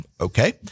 Okay